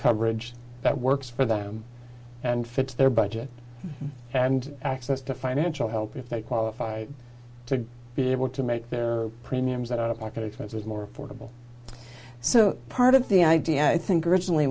coverage that works for them and fits their budget and access to financial help if they qualify to be able to make their premiums that out of pocket expenses more affordable so part of the idea i think originally